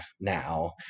now